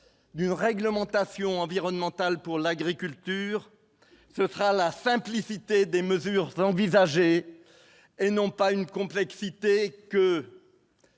d'une réglementation environnementale pour l'agriculture, ce sera la simplicité des mesures envisagées et non pas une complexité que.